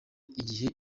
igihe